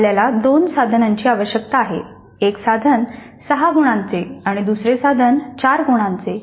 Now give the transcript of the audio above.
आपल्याला दोन साधनांची आवश्यकता आहे एक साधन सहा गुणांचे आणि दुसरे साधन 4 गुणांचे